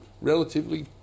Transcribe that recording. relatively